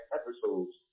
episodes